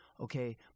Okay